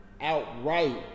outright